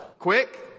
Quick